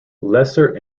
lesser